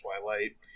Twilight